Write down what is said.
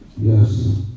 Yes